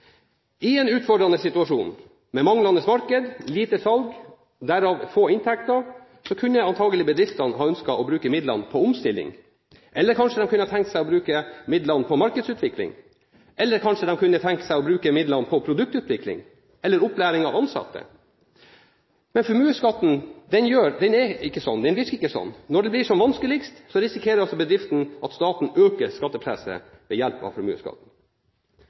I en utfordrende situasjon med manglende marked, lite salg og derav få inntekter kunne antakelig bedriftene ha ønsket å bruke midlene på omstilling, eller de kunne ha tenkt seg å bruke midlene på markedsutvikling eller de kunne tenkt seg å bruke midlene på produktutvikling eller opplæring av ansatte. Men formuesskatten virker ikke sånn. Når det blir som vanskeligst, risikerer altså bedriften at staten øker skattepresset ved hjelp av formuesskatten.